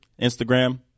Instagram